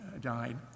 died